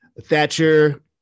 Thatcher